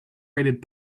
rated